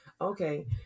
Okay